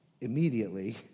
immediately